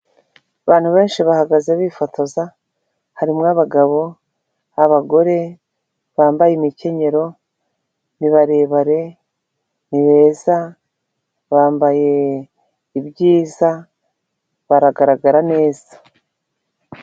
Abantu benshi bahagaze bifotoza harimo abagabo, abagore bambaye imkenyero, ni barebare, ni beza, bambaye ibyiza baragaragara neza.